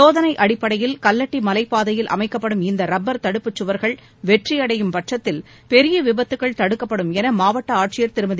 சோதனை அடிப்படையில் கல்லட்டி மலைப்பாதையில் அமைக்கப்படும் இந்த ரப்பர் தடுப்புச் சுவர்கள் வெற்றி அடையும் பட்சத்தில் பெரிய விபத்துக்கள் தடுக்கப்படும் என மாவட்ட ஆட்சியர் திருமதி